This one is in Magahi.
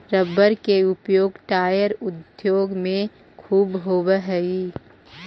रबर के उपयोग टायर उद्योग में ख़ूब होवऽ हई